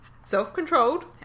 Self-controlled